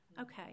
Okay